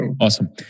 Awesome